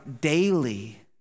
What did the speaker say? daily